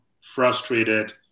frustrated